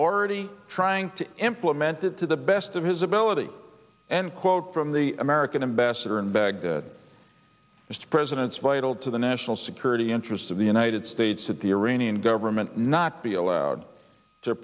already trying to implement it to the best of his ability and quote from the american ambassador in baghdad mr president's vital to the national security interest of the united states that the iranian government not be allowed to